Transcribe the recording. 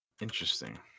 Interesting